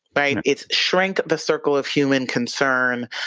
right? it's shrink the circle of human concern,